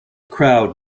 crowd